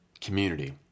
community